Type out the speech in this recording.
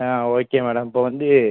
ஆ okay madam இப்போ வந்து